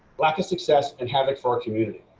lack of success and have it for our community.